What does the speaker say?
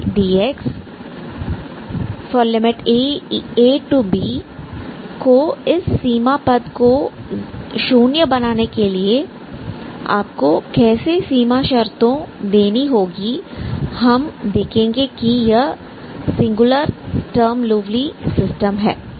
ab को इस सीमा पद को 0 बनाने के लिए आपको कैसे सीमा शर्तें देनी होगी हम देखेंगे कि यह सिंगुलर स्टर्म लिउविल सिस्टम है